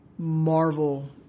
marvel